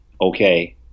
okay